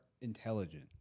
intelligent